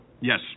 Yes